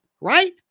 Right